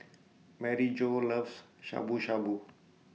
Maryjo loves Shabu Shabu